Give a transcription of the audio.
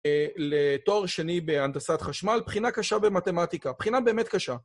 לתואר שני בהנדסת חשמל, בחינה קשה במתמטיקה, בחינה באמת קשה.